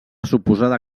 suposada